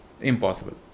Impossible